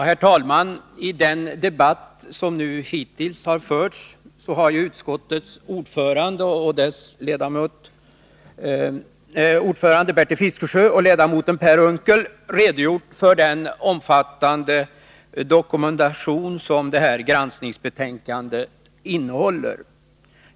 Herr talman! I den debatt som hittills har förts har utskottets ordförande Bertil Fiskesjö och ledamoten Per Unckel redogjort för den omfattande dokumentation som detta granskningsbetänkande innehåller.